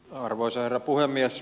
arvoisa herra puhemies